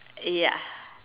ya